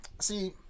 see